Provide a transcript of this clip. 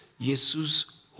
Jesus